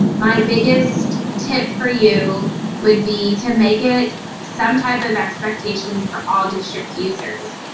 my biggest tip for you would be to make it some type of expectation for all district users.